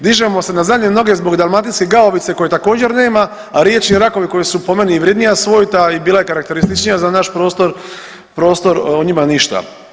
Dižemo se na zadnje noge zbog dalmatinske gaovice koje također nema, a riječni rakovi koji su po meni i vrjednija svojta i bila je karakterističnija za naš prostor o njima ništa.